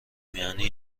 معنی